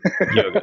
yoga